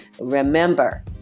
remember